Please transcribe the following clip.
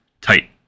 Tight